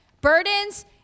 Burdens